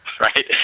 right